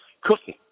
cooking